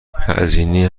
هزینه